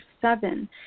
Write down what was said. seven